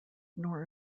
nor